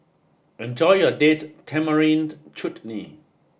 enjoy your Date Tamarind Chutney